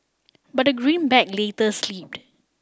but the greenback later slipped